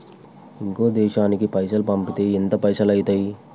ఇంకో దేశానికి పైసల్ పంపితే ఎంత పైసలు అయితయి?